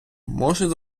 можуть